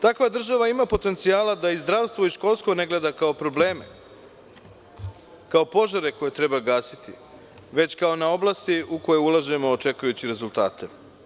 Takva država ima potencijala da i zdravstvo i školstvo ne gleda kao probleme, kao požare koje treba gasiti, već kao na oblasti u koje ulažemo, očekujući rezultate.